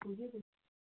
पुग्यो